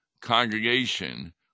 congregation